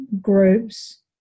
groups